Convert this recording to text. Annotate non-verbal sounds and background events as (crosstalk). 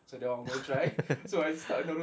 (laughs)